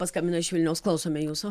paskambino iš vilniaus klausome jūsų